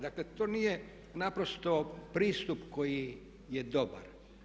Dakle to nije naprosto pristup koji je dobar.